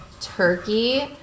turkey